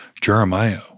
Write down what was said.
Jeremiah